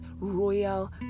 royal